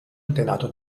antenato